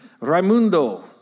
Raimundo